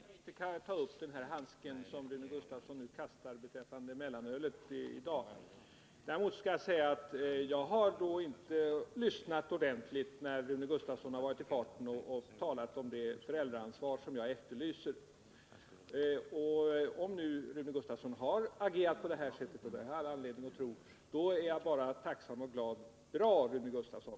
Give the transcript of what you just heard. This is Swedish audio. Herr talman! Jag skall i dag inte ta upp den handske som Rune Gustavsson kastade beträffande mellanölet. Däremot skall jag säga att jag inte har nat ordentligt när Rune Gustavsson varit i farten och talat om det föräldraansvar som jag efterlyser. Om nu Rune Gusta här son har agerat på det ittet — och det har jag all anledning att tro — då är jag bara tacksam och glad. Bra Rune Gustavsson!